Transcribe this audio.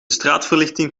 straatverlichting